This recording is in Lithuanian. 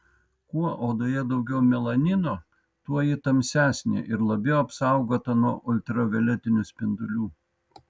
kuo odoje daugiau melanino tuo ji tamsesnė ir labiau apsaugota nuo ultravioletinių spindulių